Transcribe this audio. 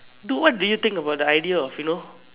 dude what do you think about the idea of you know